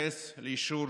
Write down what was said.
מתייחס לאישור